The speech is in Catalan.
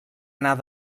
anar